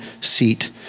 seat